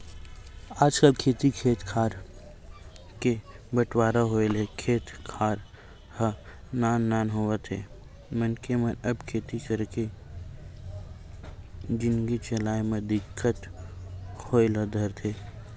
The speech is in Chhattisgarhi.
आजकल खेती खेत खार के बंटवारा होय ले खेत खार ह नान नान होवत हे मनखे मन अब खेती करके जिनगी चलाय म दिक्कत होय ल धरथे